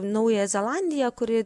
naująją zelandiją kuri